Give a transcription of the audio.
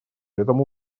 этому